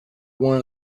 one